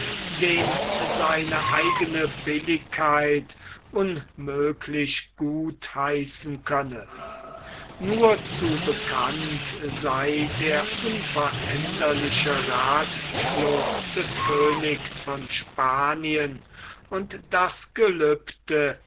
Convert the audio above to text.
den seine eigene billigkeit unmöglich gut heißen könne nur zu bekannt sei der unveränderliche rathschluß des königs von spanien und das gelübde